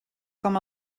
com